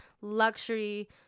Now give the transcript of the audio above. luxury